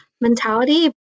mentality